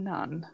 None